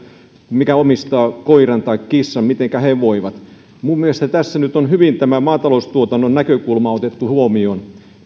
joka omistaa koiran tai kissan minun mielestäni tässä on nyt maataloustuotannon näkökulma otettu hyvin huomioon